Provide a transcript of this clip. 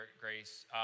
Grace